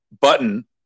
button